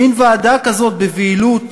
מין ועדה כזאת בבהילות.